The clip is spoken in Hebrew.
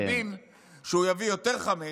כשאתם יודעים שהוא יביא יותר חמץ?